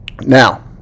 Now